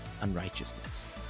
unrighteousness